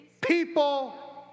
people